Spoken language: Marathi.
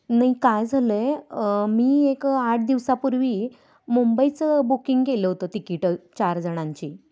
नाही काय झालं आहे मी एक आठ दिवसापूर्वी मुंबईचं बुकिंग केलं होतं तिकीटं चार जणांची